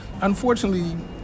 unfortunately